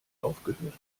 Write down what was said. aufgehört